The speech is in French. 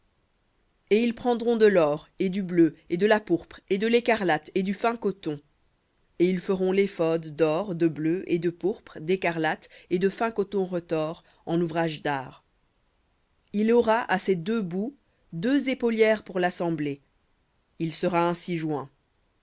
et ils prendront de l'or et du bleu et de la pourpre et de l'écarlate et du fin coton et ils feront l'éphod d'or de bleu et de pourpre d'écarlate et de fin coton retors en ouvrage dart il aura à ses deux bouts deux épaulières pour l'assembler il sera ainsi joint